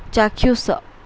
ଚାକ୍ଷୁଷ